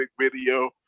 video